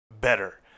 better